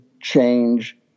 change